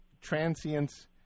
transience